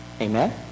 Amen